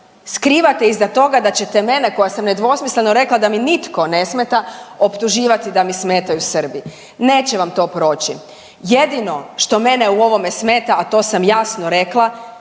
skrivate iza toga da ćete mene koja sam nedvosmisleno rekla da mi nitko ne smeta optuživati da mi smetaju Srbi? Neće vam to proći. Jedino što mene u ovome smeta, a to sam jasno rekla,